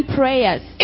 prayers